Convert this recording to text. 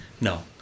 No